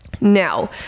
Now